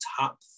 top